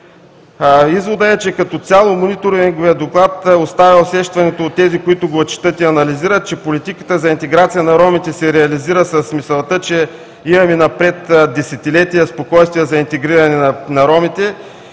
Изводът е, че като цяло Мониторинговият доклад оставя усещането от тези, които го четат и анализират, че политиката за интеграция на ромите се реализира с мисълта, че имаме напред десетилетия спокойствие за интегриране на ромите